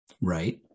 Right